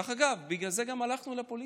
דרך אגב, בגלל זה גם הלכנו לפוליטיקה.